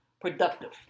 productive